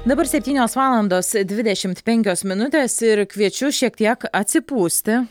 dabar septynios valandos dvidešimt penkios minutės ir kviečiu šiek tiek atsipūsti